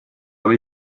habe